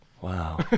Wow